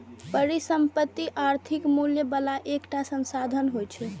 परिसंपत्ति आर्थिक मूल्य बला एकटा संसाधन होइ छै